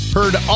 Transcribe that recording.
Heard